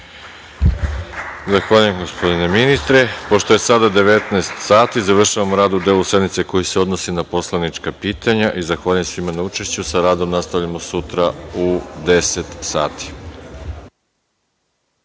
Zahvaljujem, gospodine ministre. Pošto je sada 19.00 sati, završavamo rad u delu sednice koji se odnosi na poslanička pitanja i zahvaljujem svima na učešću. Sa radom nastavljamo sutra u 10.00